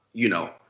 you know,